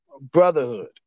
brotherhood